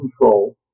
control